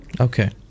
Okay